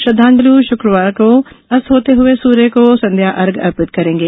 श्रद्वाल शुक्रवार को अस्त होते हुए सुर्य को संध्या अर्घ्य अर्पित करेंगे